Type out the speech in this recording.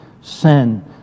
sin